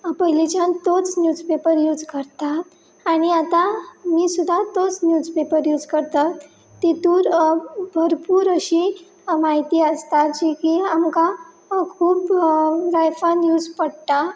पयलींच्यान तोच newspaper use करता आनी आतां नी सुद्दा तोच न्यूजपेपर यूज करतात ततूर भरपूर अशी म्हायती आसता जी की आमकां खूब लायफान यूज पडटा